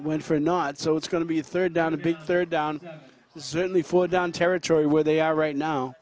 went for a not so it's going to be third down a bit third down certainly for down territory where they are right now